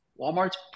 Walmart's